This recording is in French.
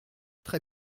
très